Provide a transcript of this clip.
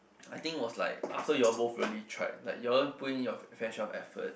I think was like after you all both really tried like you all put in your very fair share of effort